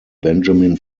benjamin